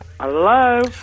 Hello